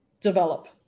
develop